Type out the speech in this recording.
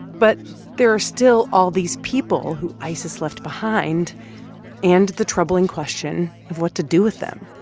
but there are still all these people who isis left behind and the troubling question of what to do with them.